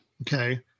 Okay